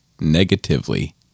negatively